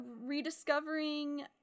rediscovering